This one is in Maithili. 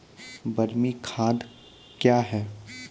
बरमी खाद कया हैं?